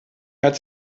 hat